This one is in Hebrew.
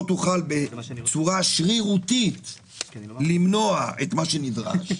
תוכל בצורה שרירותית למנוע את מה שנדרש,